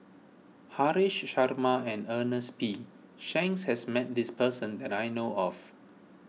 Haresh Sharma and Ernest P Shanks has met this person that I know of